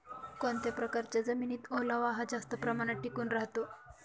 कोणत्या प्रकारच्या जमिनीत ओलावा हा जास्त प्रमाणात टिकून राहतो?